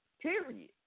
Period